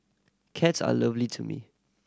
cats are lovely to me